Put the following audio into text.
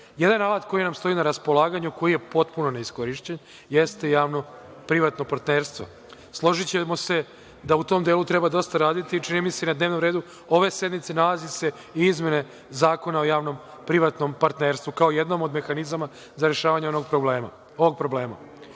Jedan alat koji nam stoji na raspolaganju koji je potpuno neiskorišćen jeste javno-privatno partnerstvo. Složićemo se da u tom delu treba dosta raditi. Čini mi se i na dnevnom redu ove sednice nalaze se izmene Zakona o javno-privatnom partnerstvu kao jednom od mehanizama za rešavanje ovog problema. Činjenica